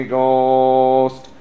Ghost